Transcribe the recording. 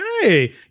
hey